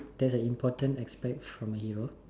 that's an important aspect from a hero